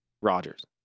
Rodgers